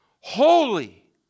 Holy